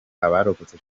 abarokotse